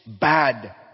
bad